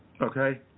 Okay